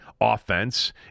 offense